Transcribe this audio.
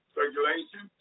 circulation